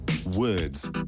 Words